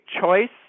choice